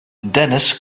dennis